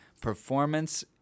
performance